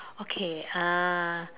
okay uh